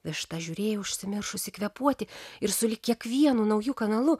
višta žiūrėjo užsimiršusi kvėpuoti ir sulig kiekvienu nauju kanalu